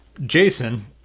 Jason